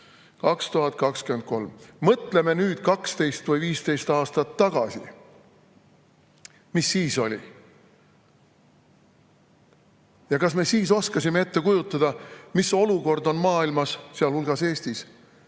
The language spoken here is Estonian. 2023! Mõtleme nüüd 12 või 15 aastat tagasi. Mis siis oli? Kas me siis oskasime ette kujutada, mis olukord on maailmas, sealhulgas Eestis